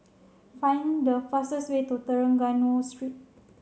find the fastest way to Trengganu Street